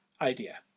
idea